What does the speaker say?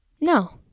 no